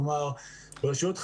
כלומר, רשויות חלשות,